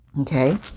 Okay